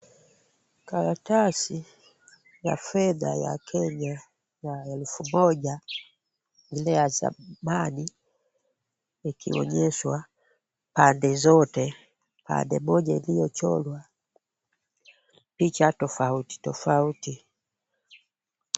Karatasi ya fedha ya Kenya ya elfu moja ile ya zamani ikionyeshwa pande zote, pande moja iliyochorwa picha tofauti tofauti.